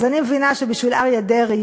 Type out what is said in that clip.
אז אני מבינה שבשביל אריה דרעי